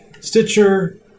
Stitcher